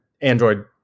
Android